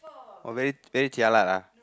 [wah] very very jialat ah